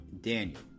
Daniel